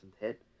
hit